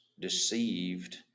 deceived